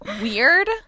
weird